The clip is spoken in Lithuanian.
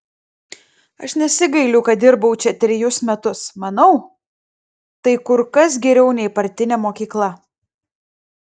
aš nesigailiu kad dirbau čia trejus metus manau tai kur kas geriau nei partinė mokykla